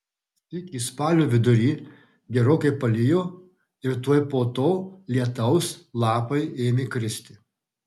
sykį spalio vidury gerokai palijo ir tuoj po to lietaus lapai ėmė kristi